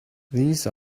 these